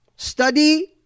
study